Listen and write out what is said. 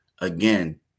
Again